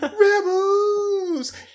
Rebels